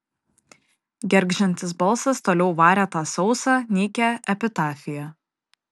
gergždžiantis balsas toliau varė tą sausą nykią epitafiją